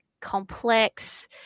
complex